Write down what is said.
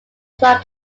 plug